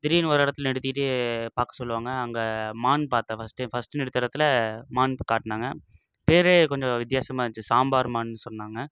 திடீர்னு ஒரு இடத்துல நிறுத்திவிட்டு பார்க்க சொல்லுவாங்க அங்கே மான் பார்த்தேன் ஃபர்ஸ்ட்டே ஃபர்ஸ்ட்டு நிறுத்தின இடத்துல மான் காட்டினாங்க பேரே கொஞ்சம் வித்தியாசமா இருந்துச்சு சாம்பார் மான் சொன்னாங்க